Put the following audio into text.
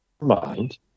mind